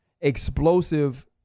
explosive